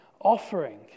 offering